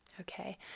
Okay